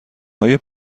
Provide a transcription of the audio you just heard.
های